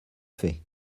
fait